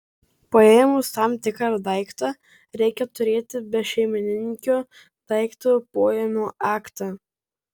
paėmus tam tikrą daiktą reikia turėti bešeimininkio daikto poėmio aktą